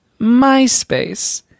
MySpace